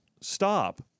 stop